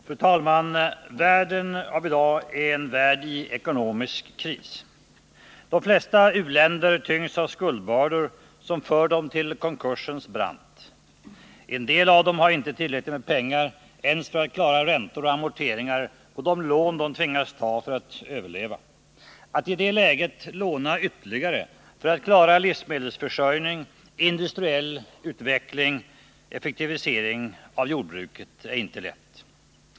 Fru talman! Världen av i dag är en värld i ekonomisk kris. De flesta u-länder tyngs av skuldbördor som för dem till konkursens brant. En del av dem har inte tillräckligt med pengar ens för att klara räntor och amorteringar på de lån de tvingats ta för att överleva. Att i det läget låna ytterligare för att klara livsmedelsförsörjning, industriell utveckling och en effektivisering av jordbruket är inte lätt.